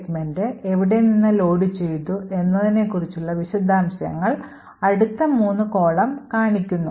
segment എവിടെ നിന്ന് ലോഡുചെയ്തു എന്നതിനെക്കുറിച്ചുള്ള വിശദാംശങ്ങൾ അടുത്ത മൂന്ന് columns വ്യക്തമാക്കുന്നു